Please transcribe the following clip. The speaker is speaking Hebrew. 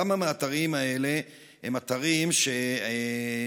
כמה מהאתרים האלה הם אתרים שמזוהים